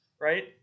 right